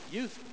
Youth